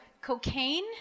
Cocaine